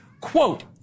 Quote